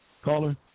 caller